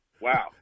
Wow